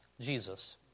Jesus